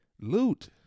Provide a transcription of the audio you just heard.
loot